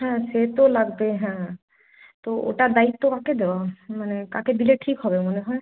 হ্যাঁ সে তো লাগবে হ্যাঁ তো ওটার দায়িত্ব কাকে দেওয়া হবে মানে কাকে দিলে ঠিক হবে মনে হয়